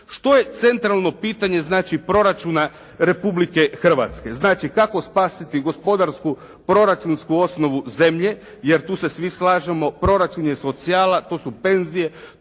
Što je centralno pitanje, znači proračuna Republike Hrvatske. Znači kako spasiti gospodarsku, proračunsku osnovu zemlje, jer tu se svi slažemo proračun je socijala, to su penzije,